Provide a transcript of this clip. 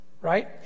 Right